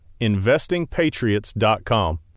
investingpatriots.com